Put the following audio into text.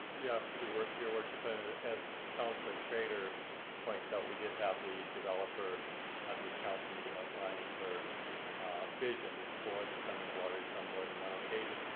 yes your your worship, and as councilor craitor points out we did have the developer at this council meeting outlining her vision for the thundering waters on more than one occasion.